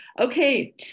Okay